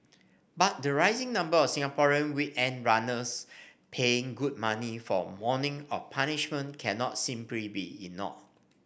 but the rising number of Singaporean weekend runners paying good money for morning of punishment cannot simply be ignored